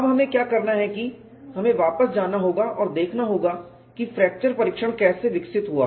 अब हमें क्या करना है कि हमें वापस जाना होगा और देखना होगा कि फ्रैक्चर परीक्षण कैसे विकसित हुआ